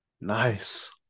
Nice